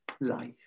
life